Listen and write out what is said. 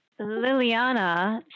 Liliana